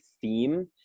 theme